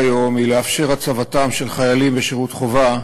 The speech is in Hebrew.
היום היא לאפשר הצבתם של חיילים בשירות חובה